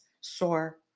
sore